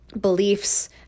beliefs